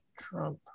Trump